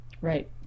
Right